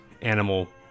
animal